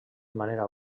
manera